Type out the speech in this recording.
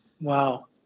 Wow